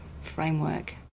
framework